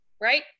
right